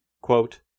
quote